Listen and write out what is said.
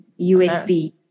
USD